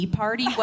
party